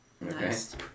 Nice